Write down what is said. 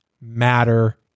matter